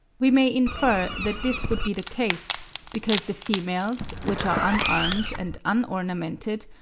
we may infer that this would be the case because the females, which are unarmed and unornamented,